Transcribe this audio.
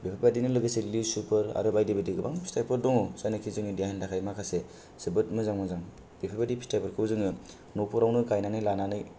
बेफोरबादिनो लोगोसे लिसुफोर आरो बायदि बायदि गोबां फिथायफोर दङ जायनाखि जोंनि देहानि थाखाय माखासे जोबोत मोजां मोजां बेफोर बादि फिथाइ खौ जों ओ न फोराव नों गायनानै लानानै